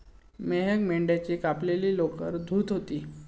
मेहक मेंढ्याची कापलेली लोकर धुत होती